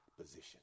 position